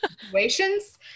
situations